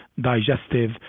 digestive